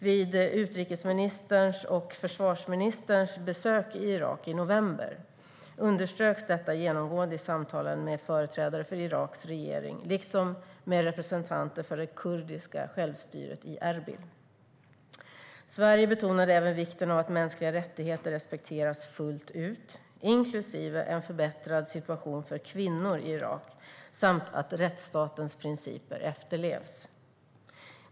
Vid utrikesministerns och försvarsministerns besök i Irak i november underströks detta genomgående i samtalen med företrädare för Iraks regering liksom med representanter för det kurdiska självstyret i Erbil. Sverige betonade även vikten av att mänskliga rättigheter respekteras fullt ut, inklusive en förbättrad situation för kvinnor i Irak samt att rättsstatens principer efterlevs.